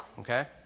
Okay